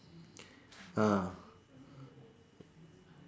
ah